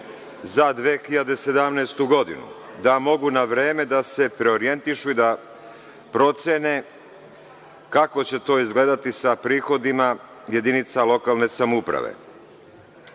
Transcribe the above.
za 2017. godinu, da mogu na vreme da se preorijentišu i da procene kako će to izgledati sa prihodima jedinica lokalne samouprave. Što